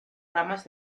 ramas